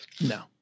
No